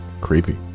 Creepy